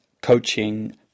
Coaching